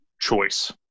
choice